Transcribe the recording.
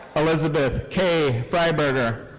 elizabeth kay freiburger.